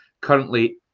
currently